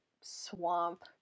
swamp